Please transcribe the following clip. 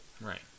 right